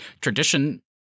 tradition